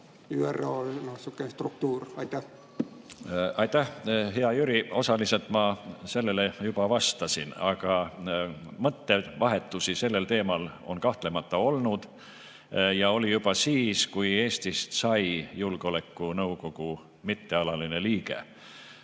teha ÜRO sihukene struktuur? Aitäh! Hea Jüri! Osaliselt ma sellele juba vastasin. Aga mõttevahetusi sellel teemal on kahtlemata olnud ja oli juba siis, kui Eestist sai julgeolekunõukogu mittealaline liige.